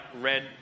red